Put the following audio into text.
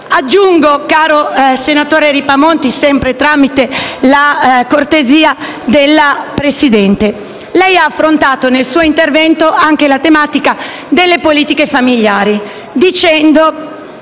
vista. Caro senatore Ripamonti, sempre tramite la cortesia del Presidente, aggiungo che lei ha affrontato nel suo intervento anche la tematica delle politiche familiari dicendo,